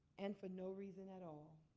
and for no reason at all,